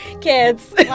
kids